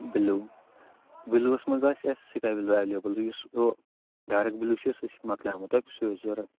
below blues منٛز آسہِ اَسہِ سِکے بِلو ایٚولیبٕل یُس ہُہ ڈاریٚک بِلو چھُ سُہ چھُ مۄکلیومُت تۄہہِ کُس ہیٚو اوس ضرورَت